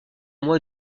mois